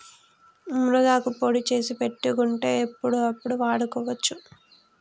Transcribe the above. మునగాకు పొడి చేసి పెట్టుకుంటే ఎప్పుడంటే అప్పడు వాడుకోవచ్చు